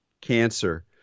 cancer